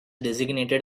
designated